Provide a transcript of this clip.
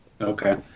Okay